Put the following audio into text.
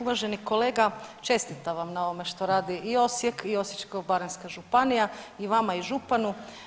Uvaženi kolega, čestitam vam na ovome što radi i Osijek i Osječko-baranjska županija i vama i županu.